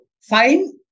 fine